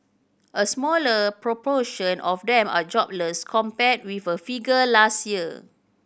a smaller proportion of them are jobless compared with a figure last year